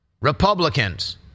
Republicans